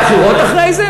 היו בחירות אחרי זה,